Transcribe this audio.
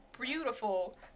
beautiful